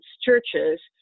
churches